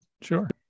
Sure